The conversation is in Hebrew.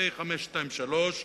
פ/523,